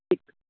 ചിക്ക്